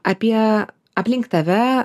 apie aplink tave